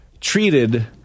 treated